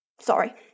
Sorry